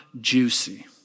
Juicy